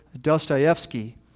Dostoevsky